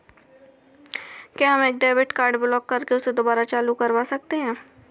क्या हम एक डेबिट कार्ड ब्लॉक करके उसे दुबारा चालू करवा सकते हैं?